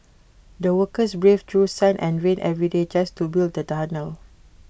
the workers braved through sun and rain every day just to build the tunnel